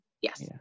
Yes